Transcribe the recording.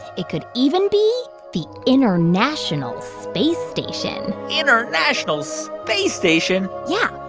it could even be the international space station international space station? yeah.